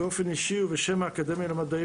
באופן אישי ובשם האקדמיה למדעים,